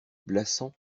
blassans